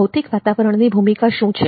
ભૌતિક વાતાવરણની ભૂમિકા શું છે